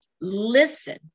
Listen